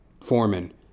foreman